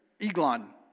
Eglon